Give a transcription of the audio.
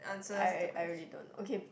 I I really don't okay